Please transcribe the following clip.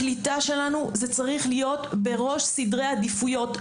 הקליטה שלנו צריך להיות בראש סדרי העדיפויות.